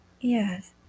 Yes